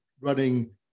running